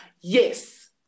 yes